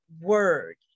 word